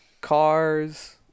cars